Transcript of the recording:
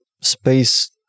space